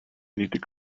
needed